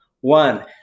One